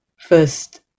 first